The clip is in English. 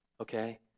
Okay